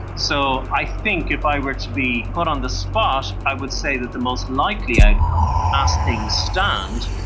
so i think if i were to be put on the spot i would say that the most likely outcome, as things stand,